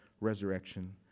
resurrection